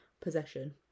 possession